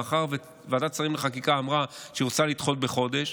מאחר שוועדת שרים לחקיקה אמרה שהיא רוצה לדחות בחודש,